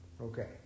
Okay